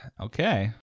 okay